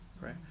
right